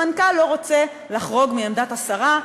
המנכ"ל לא רוצה לחרוג מעמדת השרה,